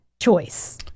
choice